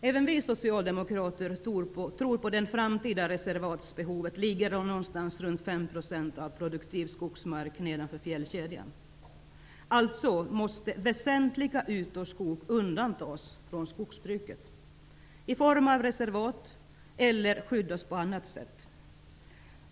Även vi socialdemokrater tror att det framtida reservatsbehovet ligger runt 5 % av produktiv skogsmark nedanför fjällkedjan. Alltså måste väsentliga ytor skog undantas från skogsbruket, i form av reservat eller skydd på annat sätt.